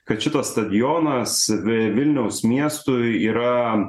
kad šito stadionas vi vilniaus miestui yra